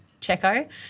Checo